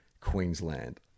Queensland